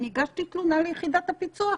אני הגשתי תלונה ליחידת הפיצוח,